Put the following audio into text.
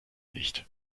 nicht